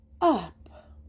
up